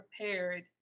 prepared